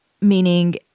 meaning